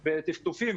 בטפטופים,